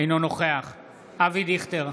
אינו נוכח אבי דיכטר,